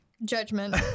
Judgment